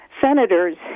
senators